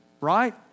right